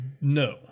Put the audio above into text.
No